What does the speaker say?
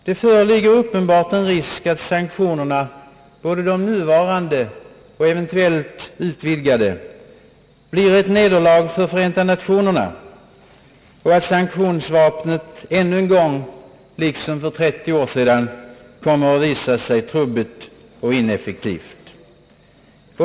Det föreligger uppenbart risk för att sanktionerna, både nuvarande och eventuellt utvidgade, blir ett nederlag för Förenta Nationerna och att sanktionsvapnet ännu en gång — liksom för 30 år sedan — kommer att visa sig trubbigt och ineffektivt.